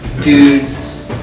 dudes